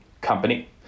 company